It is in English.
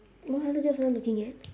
what other jobs are you looking at